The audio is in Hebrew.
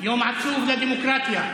יום עצוב לדמוקרטיה.